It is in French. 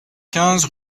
quinze